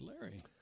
Larry